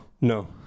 no